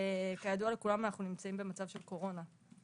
וכידוע לכולם אנחנו נמצאים במצב של קורונה.